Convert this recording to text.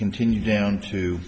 continue down to